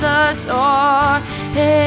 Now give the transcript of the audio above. adore